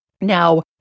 Now